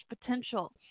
potential